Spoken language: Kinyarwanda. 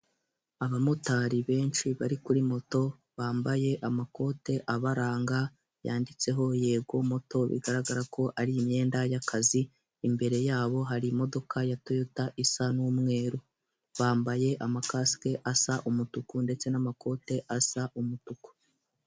Abamotari benshi bari kuri moto bambaye amakote abaranga yanditseho yegomoto bigaragara ko ari imyenda y'akazi imbere yabo hari imodoka ya toyota isa n'umweru bambaye amakasike asa umutuku ndetse n'amakote asa umutuku.